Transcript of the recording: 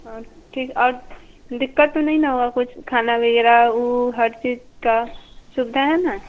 और ठीक और दिक्कत तो नहीं ना होगा कुछ खाना वगैरह वह हर चीज़ की सुविधा है ना